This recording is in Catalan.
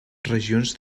regions